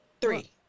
Three